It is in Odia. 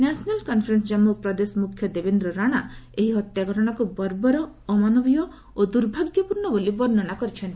ନ୍ୟାସନାଲ୍ କନ୍ଫରେନ୍ନ କାଞ୍ଗୁ ପ୍ରଦେଶ ମୁଖ୍ୟ ଦେବେନ୍ଦ୍ର ରାଣା ଏହି ହତ୍ୟା ଘଟଣାକୁ ବର୍ବର ଅମାନବୀୟ ଓ ଦୁର୍ଭାଗ୍ୟପୂର୍ଣ୍ଣ ବୋଲି ବର୍ଣ୍ଣନା କରିଛନ୍ତି